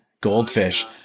goldfish